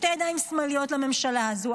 שתי ידיים שמאליות לממשלה הזו.